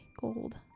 gold